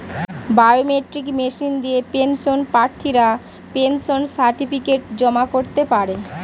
biometric machine দিয়ে pension প্রার্থীরা pension certificate জমা করতে পারে